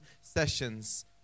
sessions